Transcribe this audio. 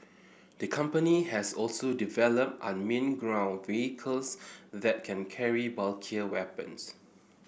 the company has also developed unmanned ground vehicles that can carry bulkier weapons